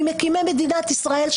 ממקימי מדינת ישראל,